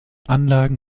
anlagen